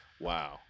Wow